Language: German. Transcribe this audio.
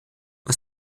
aus